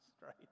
right